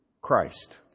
Christ